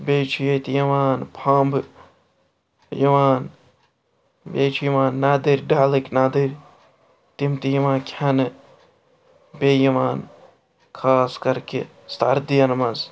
بیٚیہِ چھُ ییٚتہِ یِوان پھمب یِوان بیٚیہِ چھِ یِوان نَدٕرۍ ڈَلٕکۍ نَدٕرۍ تِم تہِ یِوان کھیٚنہٕ بیٚیہِ یِوان خاص کَر کہِ سردیَن مَنٛز